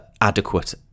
Adequate